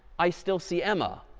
i still see emma.